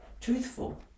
truthful